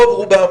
רוב רובם